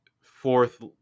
fourth